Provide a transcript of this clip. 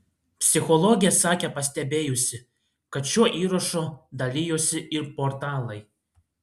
psichologė sakė pastebėjusi kad šiuo įrašu dalijosi ir portalai